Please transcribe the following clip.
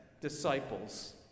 disciples